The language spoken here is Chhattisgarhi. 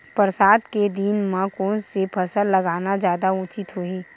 बरसात के दिन म कोन से फसल लगाना जादा उचित होही?